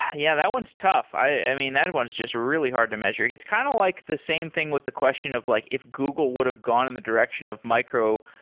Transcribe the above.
yeah, that one's tough. i mean, that one is just really hard to measure. it's kind of like the same thing with the question of like if google would've gone in the direction of microlyths,